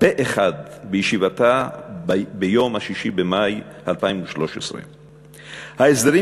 פה-אחד בישיבתה ביום 6 במאי 2013. ההסדרים